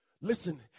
Listen